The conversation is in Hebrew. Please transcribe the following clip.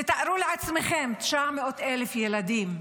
תתארו לעצמכם, 900,000 ילדים.